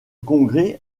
congrès